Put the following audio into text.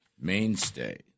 mainstay